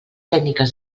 tècniques